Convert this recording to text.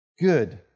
good